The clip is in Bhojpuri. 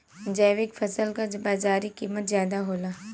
जैविक फसल क बाजारी कीमत ज्यादा होला